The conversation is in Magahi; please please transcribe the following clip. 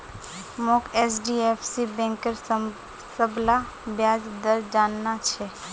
मोक एचडीएफसी बैंकेर सबला ब्याज दर जानना छ